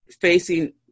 facing